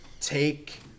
take